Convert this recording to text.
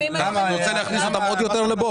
אתה רוצה להכניס אותם עוד יותר לבור?